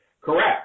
correct